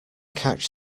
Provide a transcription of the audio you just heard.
catch